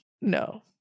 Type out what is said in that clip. no